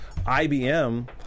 IBM